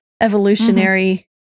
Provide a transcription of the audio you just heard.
evolutionary